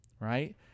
right